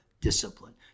discipline